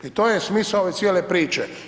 I to je smisao i cijele priče.